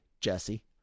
Jesse